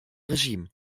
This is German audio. regime